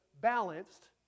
balanced